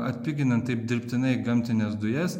atpiginant taip dirbtinai gamtines dujas